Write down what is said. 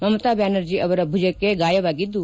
ಮಮತಾ ಬ್ಯಾನರ್ಜಿ ಅವರ ಭುಜಕ್ಕೆ ಗಾಯವಾಗಿದ್ದು